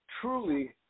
truly